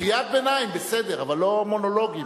קריאת ביניים בסדר, אבל לא מונולוגים.